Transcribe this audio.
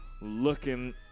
looking